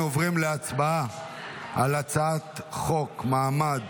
אנו עוברים להצבעה על הצעת חוק הצעת חוק מעמד